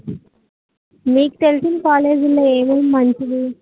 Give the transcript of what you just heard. మీకు తెలిసిన కాలేజీలో ఏమేమి మంచివి